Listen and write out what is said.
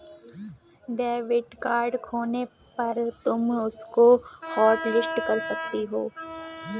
debit card खोने पर तुम उसको हॉटलिस्ट कर सकती हो